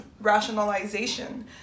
rationalization